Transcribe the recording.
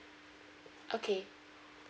okay